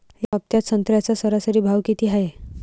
या हफ्त्यात संत्र्याचा सरासरी भाव किती हाये?